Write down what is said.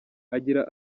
agira